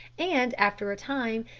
and, after a time,